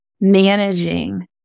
managing